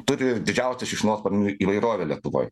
turi didžiausią šikšnosparnių įvairovę lietuvoj